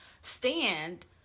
stand